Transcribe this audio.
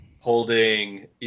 holding